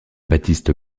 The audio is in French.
baptiste